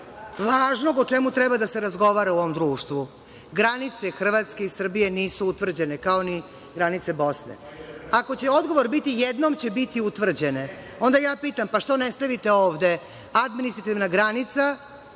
važnog o čemu treba da se razgovara u ovom društvu. Granice Hrvatske i Srbije nisu utvrđene kao ni granica Bosne. Ako će odgovor biti jednom će biti utvrđene, onda ja pitam pa što ne stavite ovde administrativna granica